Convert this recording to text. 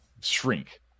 shrink